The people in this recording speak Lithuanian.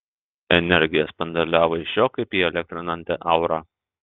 energija spinduliavo iš jo kaip įelektrinanti aura